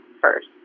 first